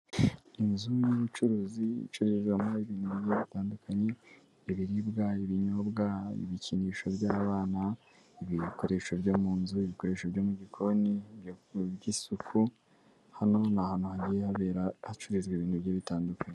Inzu y'ubucuruzi icururizwamo ibintu bigiye bitandukanye, ibiribwa, ibinyobwa, ibikinisho by'abana, ibikoresho byo mu nzu, ibikoresho byo mu gikoni, iby'isuku, hano ni ahantu hagiye habera hacururizwa ibintu bigiye bitandukanye.